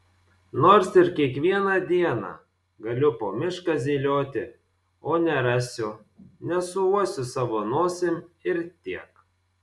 nors ir kiekvieną dieną galiu po mišką zylioti o nerasiu nesuuosiu savo nosim ir tiek